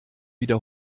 wieder